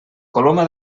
coloma